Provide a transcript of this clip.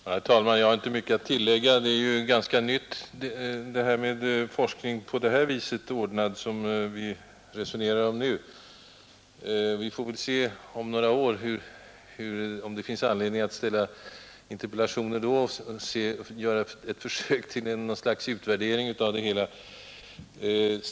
Herr talman! Det är ju någonting ganska nytt med social forskning ordnad på det vis som vi nu resonerar om. Det är därför för tidigt att dra slutsatser om dess resultat. Vi får väl se om några år, om det då finns anledning att framställa någon liknande interpellation och göra ett försök till något slags utvärdering av vad detta forskningsfält kan ha givit.